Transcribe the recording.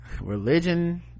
religion